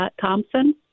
Thompson